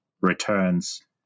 returns